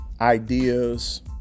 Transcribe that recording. ideas